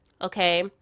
Okay